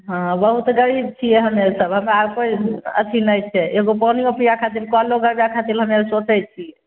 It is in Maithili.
हँ बहुत गरीब छीयै हमे सब हमरा कोई अथि नहि छै एगो कलो पीयै खातिर कलो गरबै खातिर हमे सोचै छी